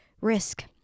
risk